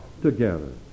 together